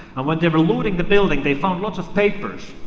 and when they were looting the building, they found lots of papers.